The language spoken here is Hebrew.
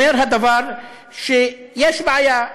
אומר הדבר שיש בעיה.